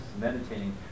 meditating